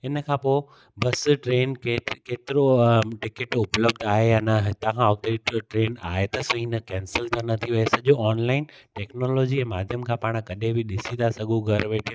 इनखां पोइ bus train केत केतिरो टिकिट उपलब्ध आहे या न हितां खां उते ट्रेन आहे त सही न केंसिल त न थी वेयी सॼो ऑनलाइन टेक्नोलॉजी माध्यम खां पाण कॾहिं बि ॾिसी था सघूं घर वेठे